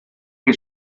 que